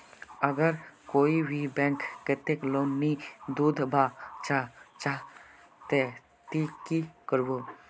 अगर कोई भी बैंक कतेक लोन नी दूध बा चाँ जाहा ते ती की करबो?